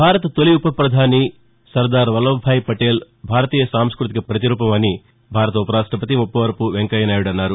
భారత తొలి ప్రధాని సర్దార్ వల్లభాయ్ పటేల్ భారతీయ సాంస్థృతీక ప్రతిరూపం అని భారత ఉపరాష్టతి ముప్పవరపు వెంకయ్య నాయుడు అన్నారు